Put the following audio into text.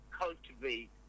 cultivate